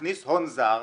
מכניס הון זר